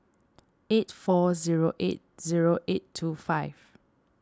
eight four zero eight zero eight two five